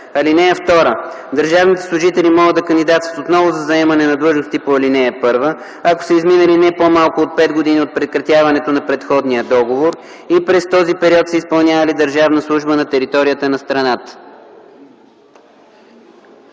(2) Държавните служители могат да кандидатстват отново за заемане на длъжности по ал. 1, ако са изминали не по малко от пет години от прекратяването на предходния договор и през този период се изпълнявали държавна служба на територията на страната.”